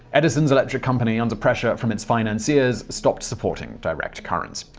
edison's electric company, under pressure from its financiers, stopped supporting direct current.